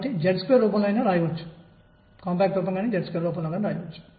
కాబట్టి ఈ కణం ఏమి చేస్తుంది